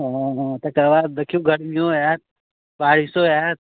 हॅं हॅं तकर बाद दखियौ गर्मियो आयत बारिशो आयत